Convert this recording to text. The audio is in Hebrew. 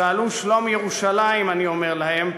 שאלו שלום ירושלים, אני אומר להם.